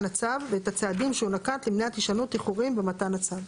הצו ואת הצעדים שהוא נקט למניעת הישנות איחורים במתן הצו."